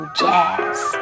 jazz